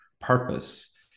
purpose